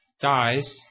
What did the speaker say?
dies